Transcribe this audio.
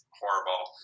horrible